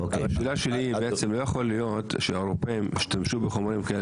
לא יכול להיות שהאירופאים ישתמשו בחומרים כאלה